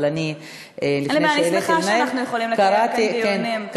אני שמחה שאנחנו יכולים לקיים כאן דיונים,